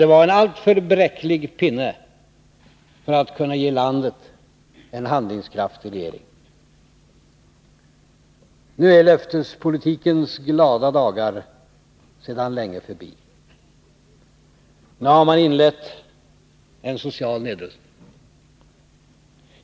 Det var en alltför bräcklig pinne för att kunna ge landet en handlingskraftig regering. Nu är löftespolitikens glada dagar sedan länge förbi. Nu har man inlett en social nedrustning.